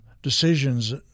Decisions